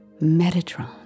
Metatron